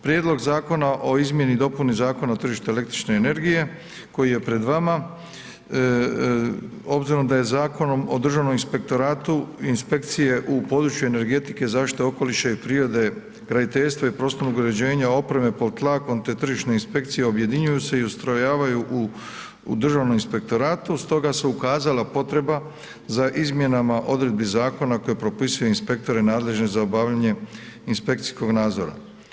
Prijedlog zakona o izmjeni i dopuni Zakona o tržištu električne energije koji je pred vama obzirom da je Zakonom o Državnom inspektoratu, inspekcije u području energetike, zaštite okoliša i prirode, graditeljstva i prostornog uređenja, opreme po tlakom te tržišne inspekcije objedinjuju se i ustrojavaju u Državnom inspektoratu, stoga se ukazala potreba za izmjenama odredbi zakona koje propisuje inspektorati nadležni za obavljanje inspekcijskog nadzora.